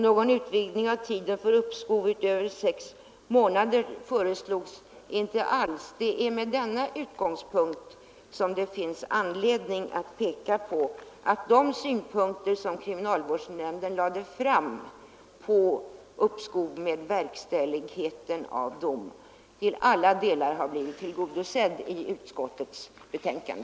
Någon utvidgning av tiden för uppskov utöver sex månader föreslås inte alls. Det är med denna utgångspunkt som det finns anledning att peka på att de synpunkter som kriminalvårdsnämnden lagt fram på uppskov med verkställigheten av dom till alla delar har blivit tillgodosedda i utskottets förslag.